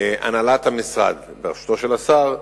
הנהלת המשרד, בראשותו של השר,